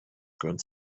gehören